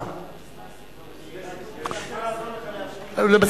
לבין המצוקה שאליה הוא מוביל את המדינה שלו.